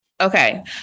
Okay